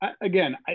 again